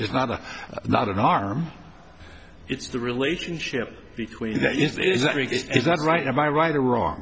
is not a not an arm it's the relationship between that is that is that right am i right or wrong